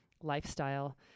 lifestyle